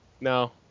No